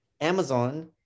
Amazon